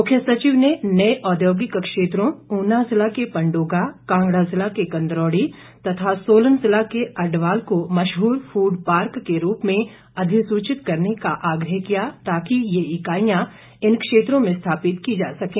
मुख्य सचिव ने नए औद्योगिक क्षेत्रों ऊना जिला के पंडोगा कांगड़ा जिला के कंदरौड़ी तथा सोलन जिला के अडवाल को मशहूर फूड पार्क के रूप में अधिसूचित करने का आग्रह किया ताकि ये इकाईयां इन क्षेत्रों में स्थापित की जा सकें